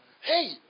Hey